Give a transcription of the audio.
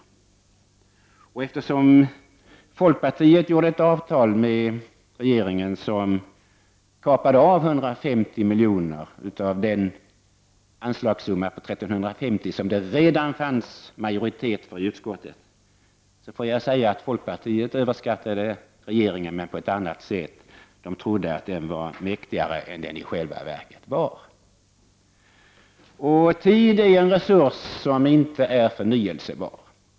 Men i och med att folkpartiet träffade ett avtal med regeringen som innebar att de 1 350 miljoner som det fanns en majoritet för i utskottet minskades med 150 milj.kr., måste jag säga att folkpartiet också överskattade regeringen, men på ett annat sätt. Man trodde att regeringen var mäktigare än den i själva verket var. Tid är en resurs som inte är förnyelsebar.